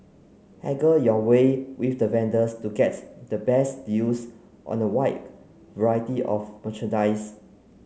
haggle your way with the vendors to get the best deals on a wide variety of merchandise